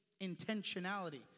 intentionality